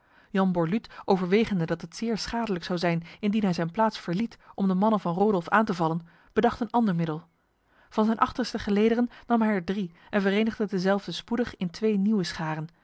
jan borluut overwegende dat het zeer schadelijk zou zijn indien hij zijn plaats verliet om de mannen van rodolf aan te vallen bedacht een ander middel van zijn achterste gelederen nam hij er drie en verenigde dezelve spoedig in twee nieuwe scharen